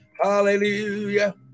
Hallelujah